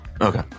Okay